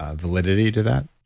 ah validity to that?